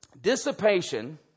dissipation